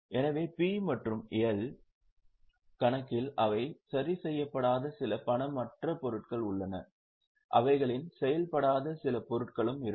எனவே பி மற்றும் எல் கணக்கில் அவை சரிசெய்யப்படாத சில பணமற்ற பொருட்கள் உள்ளன அவைகளில் செயல்படாத சில பொருட்களும் இருக்கும்